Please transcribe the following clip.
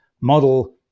model